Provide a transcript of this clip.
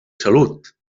salut